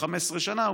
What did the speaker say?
15 שנה,